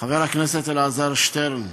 חבר הכנסת אלעזר שטרן,